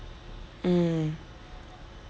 mm